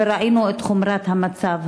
וראינו את חומרת המצב.